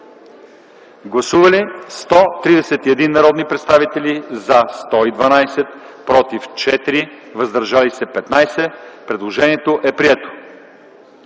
Гласували 131 народни представители: за 112, против 4, въздържали се 15. Предложението е прието.